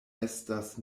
estas